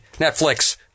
Netflix